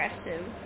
aggressive